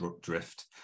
drift